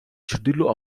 ჩრდილო